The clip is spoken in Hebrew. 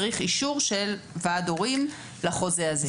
צריך אישור של ועד הורים לחוזה הזה.